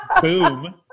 Boom